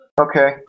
Okay